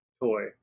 toy